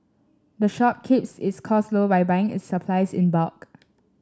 the shop keeps its costs low by buying its supplies in bulk